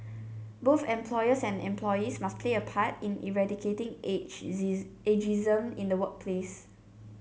both employers and employees must play their part in eradicating age this ageism in the workplace